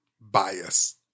bias